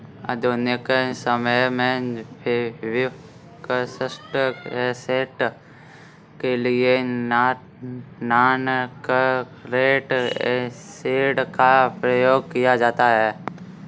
आधुनिक समय में फिक्स्ड ऐसेट के लिए नॉनकरेंट एसिड का प्रयोग किया जाता है